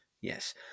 yes